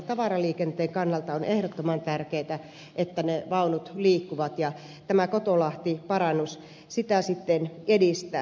tavaraliikenteen kannalta on ehdottoman tärkeätä että vaunut liikkuvat ja tämä kotolahti parannus sitä sitten edistää